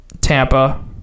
Tampa